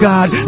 God